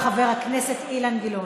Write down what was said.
חבר הכנסת אילן גילאון.